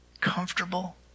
comfortable